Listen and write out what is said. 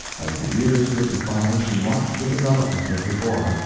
as the years drifted by she watched the development of her boy,